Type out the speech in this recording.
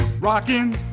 Rocking